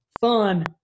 fun